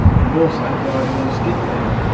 and also driving on a skid-pan,